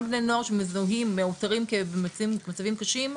בני נוער שמזוהים מאותרים במצבים קשים,